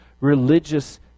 religious